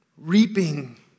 Reaping